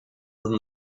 than